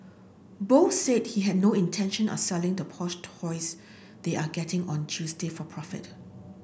both said he had no intention of selling the push toys they are getting on Thursday for profit